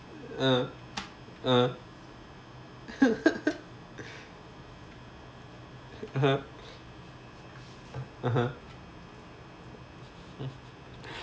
uh uh (uh huh) (uh huh)